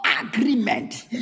agreement